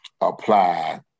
apply